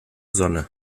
sonne